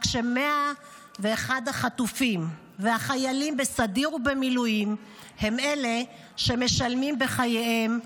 רק ש-101 החטופים והחיילים בסדיר ובמילואים הם אלה שמשלמים בחייהם,